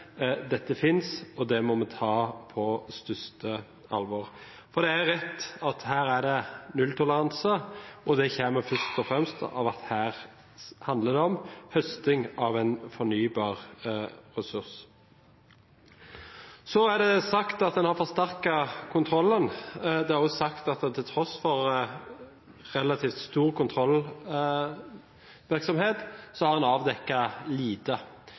dette finnes, og det må man ta på største alvor. Det er rett at her er det nulltoleranse, og det kommer først og fremst av at her handler det om høsting av en fornybar ressurs. Så er det sagt at man har forsterket kontrollen. Det er også sagt at til tross for relativt stor kontrollvirksomhet, har man avdekket lite.